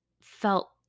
felt –